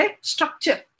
structure